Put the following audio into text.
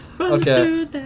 Okay